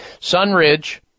Sunridge